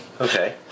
Okay